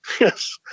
Yes